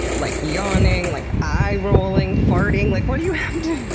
yeah like yawning, like eye rolling, farting? like what do you have to